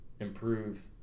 improve